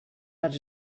let